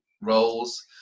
roles